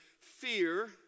fear